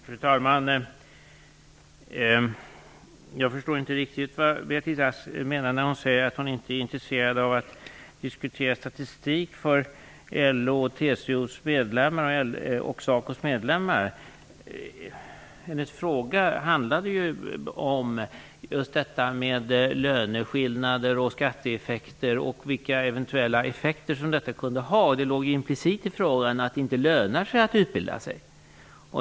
Fru talman! Jag förstår inte riktigt vad Beatrice Ask menar när hon säger att hon inte är intresserad av att diskutera statistik för LO:s och SACO:s medlemmar. Hennes fråga handlade ju just om detta med löneskillnader, skatteeffekter och de eventuella effekter som detta kan ha. Implicit i frågan låg att det inte lönar sig att utbilda sig.